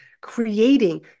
creating